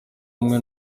hamwe